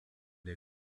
der